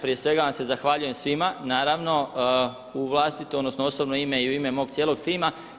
Prije svega vam se zahvaljujem svima, naravno u vlastito, odnosno osobno ime i u ime mog cijelog tima.